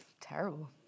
Terrible